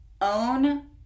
own